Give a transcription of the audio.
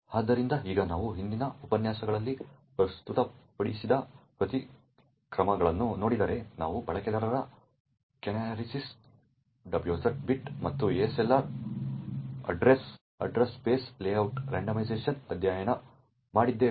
ಆದ್ದರಿಂದ ಈಗ ನಾವು ಹಿಂದಿನ ಉಪನ್ಯಾಸಗಳಲ್ಲಿ ಪ್ರಸ್ತುತಪಡಿಸಿದ ಪ್ರತಿಕ್ರಮಗಳನ್ನು ನೋಡಿದರೆ ನಾವು ಬಳಕೆದಾರರ ಕ್ಯಾನರಿಗಳು WX ಬಿಟ್ ಮತ್ತು ASLR ಅಡ್ರೆಸ್ ಸ್ಪೇಸ್ ಲೇಔಟ್ ಅವಲೋಕನ ಅಧ್ಯಯನ ಮಾಡಿದ್ದೇವೆ